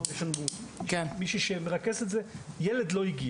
שייתכן שהוא יהיה אפילו יותר גדול מהגל